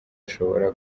ashobora